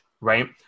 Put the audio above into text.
right